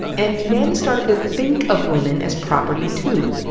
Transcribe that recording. and men started to think of women as property, too.